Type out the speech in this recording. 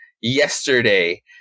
yesterday